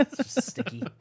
sticky